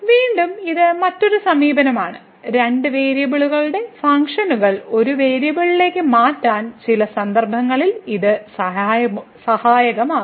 വീണ്ടും ഇത് മറ്റൊരു സമീപനമാണ് രണ്ട് വേരിയബിളുകളുടെ ഫംഗ്ഷനുകൾ ഒരു വേരിയബിളിലേക്ക് മാറ്റാൻ ചില സന്ദർഭങ്ങളിൽ ഇത് സഹായകമാകും